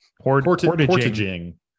portaging